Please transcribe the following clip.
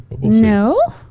No